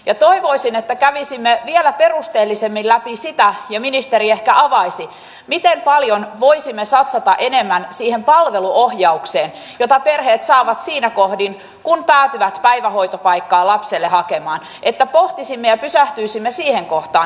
ja toivoisin että kävisimme vielä perusteellisemmin läpi ja ministeri ehkä avaisi sitä miten paljon voisimme satsata enemmän siihen palveluohjaukseen jota perheet saavat siinä kohdin kun päätyvät päivähoitopaikkaa lapselle hakemaan että pohtisimme ja pysähtyisimme siihen kohtaan